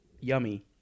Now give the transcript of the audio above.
yummy